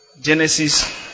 Genesis